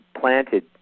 planted